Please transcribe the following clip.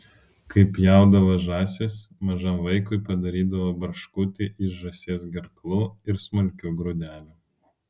kai pjaudavo žąsis mažam vaikui padarydavo barškutį iš žąsies gerklų ir smulkių grūdelių